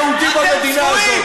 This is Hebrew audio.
היהודי במדינה הזאת.